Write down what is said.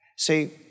See